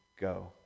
go